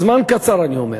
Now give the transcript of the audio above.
זמן קצר אני אומר,